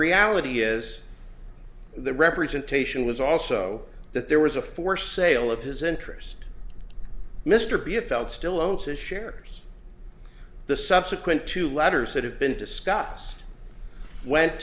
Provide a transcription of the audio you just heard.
reality is the representation was also that there was a forced sale of his interest mr b a felt still owns his shares the subsequent two letters that have been discussed went